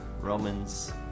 Romans